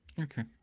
Okay